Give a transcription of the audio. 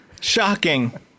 Shocking